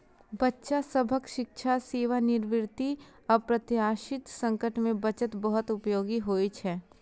बच्चा सभक शिक्षा, सेवानिवृत्ति, अप्रत्याशित संकट मे बचत बहुत उपयोगी होइ छै